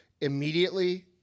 immediately